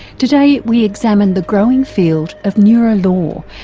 today we examine the growing field of neurolaw,